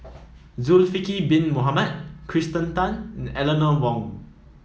Zulkifli Bin Mohamed Kirsten Tan and Eleanor Wong